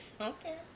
Okay